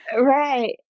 Right